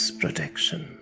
protection